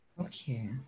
Okay